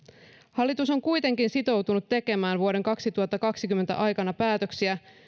hallitus on kuitenkin sitoutunut tekemään vuoden kaksituhattakaksikymmentä aikana päätöksiä